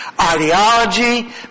ideology